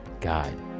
guide